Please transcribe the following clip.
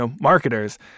marketers